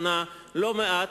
וגם בכנסת האחרונה,